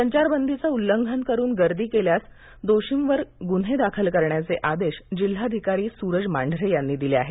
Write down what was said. संचार बंदीचे उल्लघंन करुन गर्दी केल्यास दोषींवर गुन्हे दाखल करण्याचे आदेश जिल्हाधिकारी सूरज मांढरे यांनी दिले आहेत